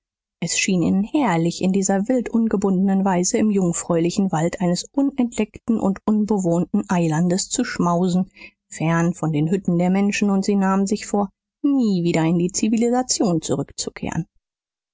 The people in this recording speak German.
es schien ihnen herrlich in dieser wild ungebundenen weise im jungfräulichen wald eines unentdeckten und unbewohnten eilandes zu schmausen fern von den hütten der menschen und sie nahmen sich vor nie wieder in die zivilisation zurückzukehren